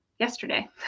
Yesterday